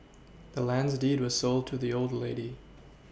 the land's deed was sold to the old lady